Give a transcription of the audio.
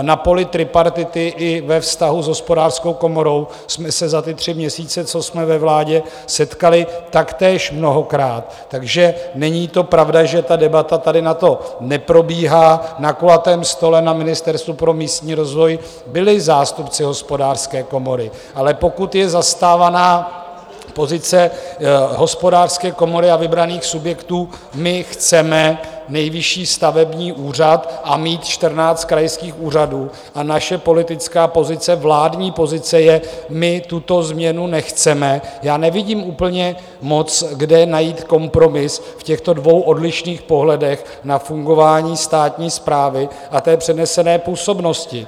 Na poli tripartity i ve vztahu s Hospodářskou komorou jsme se za ty tři měsíce, co jsme ve vládě, setkali taktéž mnohokrát, takže není pravda, že debata o tom neprobíhá, na kulatém stole na Ministerstvu pro místní rozvoj byli zástupci Hospodářské komory, ale pokud je zastávána pozice Hospodářské komory a vybraných subjektů: My chceme Nejvyšší stavební úřad a mít čtrnáct krajských úřadů a naše politická pozice, vládní pozice, je: My tuto změnu nechceme, já nevidím úplně moc kde najít kompromis v těchto dvou odlišných pohledech na fungování státní správy a přenesené působnosti.